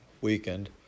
weakened